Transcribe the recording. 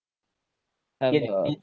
have a